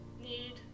need